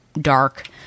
dark